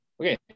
Okay